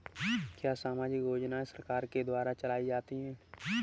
क्या सामाजिक योजनाएँ सरकार के द्वारा चलाई जाती हैं?